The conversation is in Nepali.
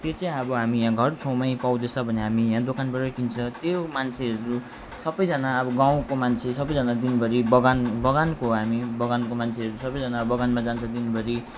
त्यो चाहिँ अब हामी यहाँ घर छेउमै पाउँदैछ भने हामी यहाँ दोकानबाटै किन्छ त्यो मान्छेहरू सबैजना अब गाउँको मान्छे सबैजना दिनभरि बगान बगानको हामी बगानको मान्छेहरू सबैजना बगानमा जान्छ दिनभरि